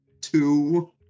Two